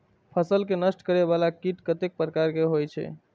फसल के नष्ट करें वाला कीट कतेक प्रकार के होई छै?